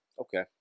Okay